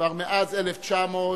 כבר מאז 1999,